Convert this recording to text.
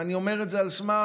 ואני אומר את זה על סמך